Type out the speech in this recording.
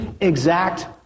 exact